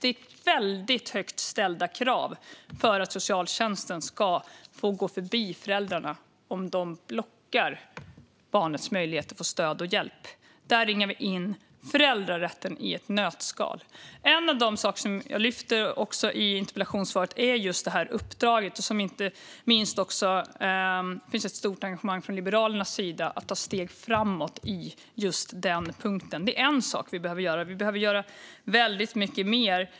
Det är väldigt högt ställda krav för att socialtjänsten ska få gå förbi föräldrarna om de blockar barnets möjligheter att få stöd och hjälp. Där ringar vi in föräldrarätten i ett nötskal. En av de saker som jag lyfter fram i interpellationssvaret är just uppdraget. Det finns ett stort engagemang inte minst från Liberalernas sida att ta steg framåt i den punkten. Det är en sak vi behöver göra, men vi behöver göra väldigt mycket mer.